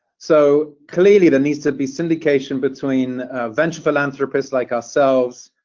so clearly there needs to be syndication between venture philanthropists, like ourselves,